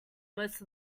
most